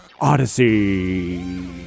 Odyssey